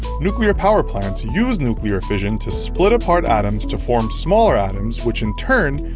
nuclear power plants use nuclear fission to split apart atoms to form smaller atoms, which, in turn,